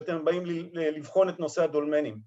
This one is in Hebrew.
כשאנחנו באים לבחון את נושא הדולמנים.